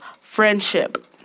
friendship